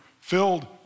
filled